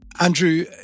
Andrew